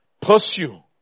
pursue